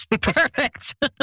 Perfect